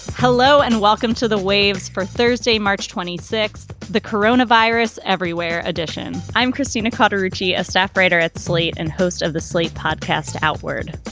hello and welcome to the waves for thursday, march twenty six, the corona virus everywhere edition. i'm christina carter rugy, a staff writer at slate and host of the slate podcast outward.